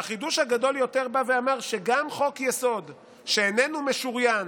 החידוש הגדול יותר בא ואמר שגם חוק-יסוד שאיננו משוריין,